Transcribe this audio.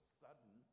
sudden